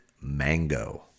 mango